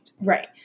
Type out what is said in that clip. Right